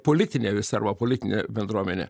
politinė visa politinė bendruomenė